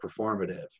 performative